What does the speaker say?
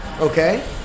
Okay